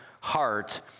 heart